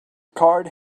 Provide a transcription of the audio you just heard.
card